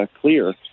clear